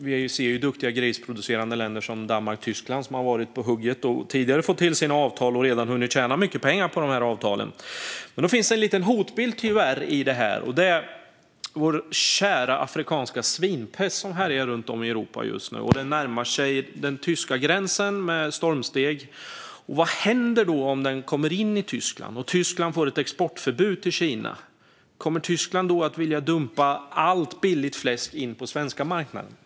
Vi ser hur duktiga grisproducerande länder som Danmark och Tyskland, som har varit på hugget och tidigare fått till sina avtal, redan har hunnit tjäna mycket pengar på avtalen. Det finns tyvärr en liten hotbild i detta. Det är vår kära afrikanska svinpest som härjar runt om i Europa just nu. Den närmar sig den tyska gränsen med stormsteg. Vad händer om den kommer in i Tyskland och Tyskland får ett exportförbud till Kina? Kommer Tyskland då att vilja dumpa allt billigt fläsk in på svenska marknaden?